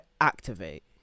activate